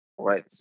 Right